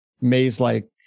maze-like